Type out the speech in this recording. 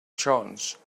chance